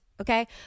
Okay